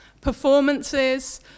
performances